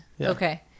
Okay